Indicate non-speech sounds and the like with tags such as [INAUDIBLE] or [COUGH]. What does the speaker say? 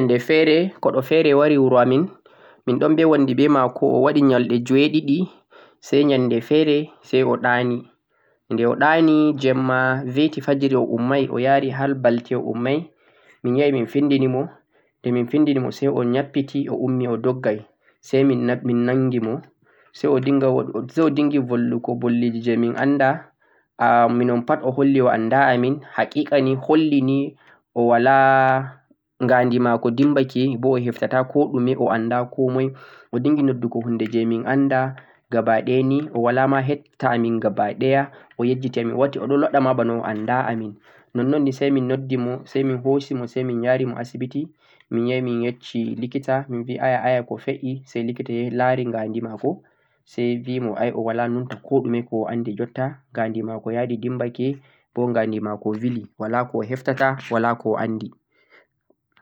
woodi nyannde feere goɗɗo feere wari wuro amin, min ɗon bo wonndi be ma'ko o waɗi nyalɗe jee ɗiɗi say nyannde feere say o ɗa'ni, de o ɗa'ni jeemma bee ti fajiri o ummay o yari har balɗe o ummay, min yahi min finndinimo, nde min finndinimo say o ƴappiti o doggay say min nanngi mo, [HESITATION] say o dinngi bollugo bolliji min annda, am minippat o holli o annda amin, haƙiƙa ni hollini o walaa; nganndi maako dimbake bo o yeftata koɗume, o annda komoy. o dinngi noddugo huunde jee min annda gabaɗaya ni o ma hebta amin gabaɗaya, o yejjiti amin o warti o ɗon waɗa bana ma annda amin, nonnon ni say min noddi mo say min hoosi mo say min ya'ri mo asibiti min yahi min yecci likita, min bi aya aya ko fe'ii, say likiti laari nganndi maako say bi mo ay o walaa numta koɗume ko o anndi jotta, nganndi maako yadi dimbake bo nganndi maako wili walaa ko o heftata walaa ko o anndi.